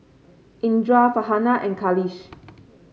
Indra Farhanah and Khalish